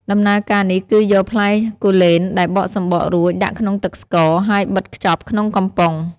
ដំណើរការនេះគឺយកផ្លែគូលែនដែលបកសំបករួចដាក់ក្នុងទឹកស្ករ ហើយបិទខ្ចប់ក្នុងកំប៉ុង។